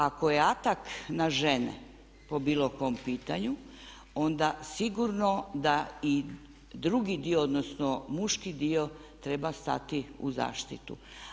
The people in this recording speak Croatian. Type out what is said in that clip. Ako je atak na žene po bilo kom pitanju onda sigurno da i drugi dio odnosno muški dio treba stati u zaštitu.